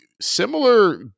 Similar